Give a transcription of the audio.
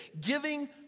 giving